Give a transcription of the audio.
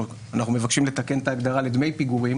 ואנחנו מבקשים לתקן את ההגדרה לדמי פיגורים